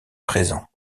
présent